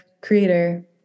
creator